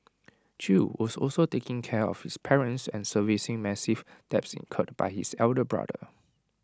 chew was also taking care of his parents and servicing massive debts incurred by his elder brother